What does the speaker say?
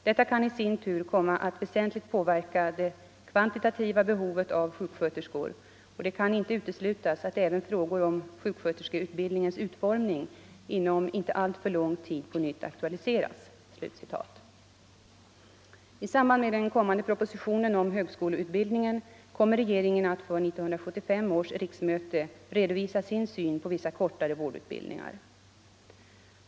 Detta kan i sin tur komma att väsentligt påverka det kvantitativa behovet av sjuksköterskor oeh det kan inte uteslutas att även frågor om sjuksköterskeutbildningens utformning inom inte alltför lång tid på nytt aktualiseras.” I samband med den kommande propositionen om högskoleutbildningen kommer regeringen att för 1975 års riksmöte redovisa sin syn på vissa kortare vårdutbildningar.